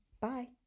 Bye